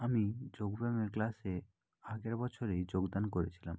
আমি যোগব্যায়ামের ক্লাসে আগের বছরেই যোগদান করেছিলাম